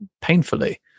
painfully